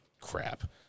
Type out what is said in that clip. crap